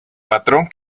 patrón